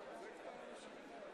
כבוד הנשיא!